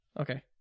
Okay